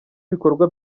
ibikorwa